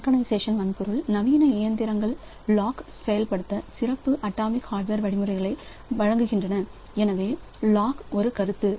synchronisation வன்பொருள் நவீன இயந்திரங்கள் லாக் செயல்படுத்த சிறப்பு அட்டாமிக் ஹார்ட்வேர்வழிமுறைகளை வழங்குகின்றன எனவே லாக் ஒரு கருத்து